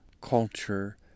culture